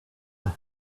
our